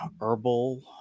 herbal